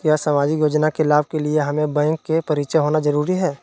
क्या सामाजिक योजना के लाभ के लिए हमें बैंक से परिचय होना जरूरी है?